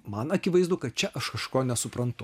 man akivaizdu kad čia aš kažko nesuprantu